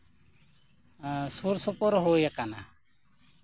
ᱮᱸ ᱥᱩᱨᱼᱥᱩᱯᱩᱨ ᱦᱩᱭᱟᱠᱟᱱᱟ